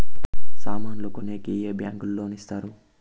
సామాన్లు కొనేకి ఏ బ్యాంకులు లోను ఇస్తారు?